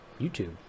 YouTube